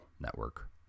network